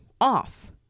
off